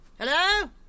Hello